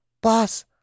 boss